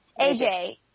AJ